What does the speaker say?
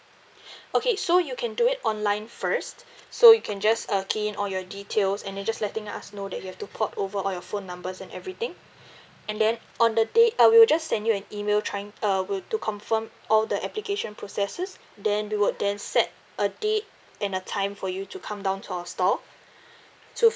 okay so you can do it online first so you can just uh key in all your details and then just letting us know that you have to port over all your phone numbers and everything and then on the day uh we'll just send you an email trying uh were to confirm all the application processes then we would then set a date and the time for you to come down to our store to